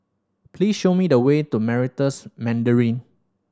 please show me the way to Meritus Mandarin